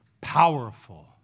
powerful